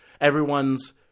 everyone's